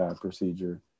procedure